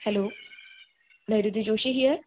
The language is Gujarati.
hello Nehruji Joshi here